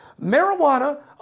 marijuana